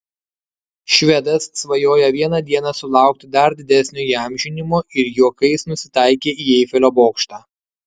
švedas svajoja vieną dieną sulaukti dar didesnio įamžinimo ir juokais nusitaikė į eifelio bokštą